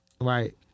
right